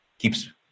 Keeps